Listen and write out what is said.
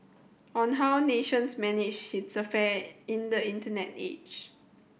on how nations manage its affair in the Internet age